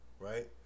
right